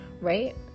right